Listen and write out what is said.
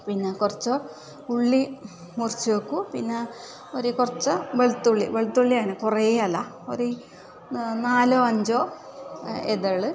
പിന്നെ കുറച്ച് ഉള്ളി മുറിച്ച് വെക്കും പിന്നെ ഒര് കുറച്ച് വെളുത്തുള്ളി വെളുത്തുള്ളി തന്നെ കുറെ അല്ല ഒര് നാലോ അഞ്ചോ ഇതൾ